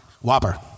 Whopper